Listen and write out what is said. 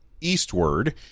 eastward